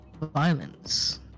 violence